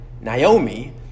Naomi